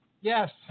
Yes